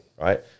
right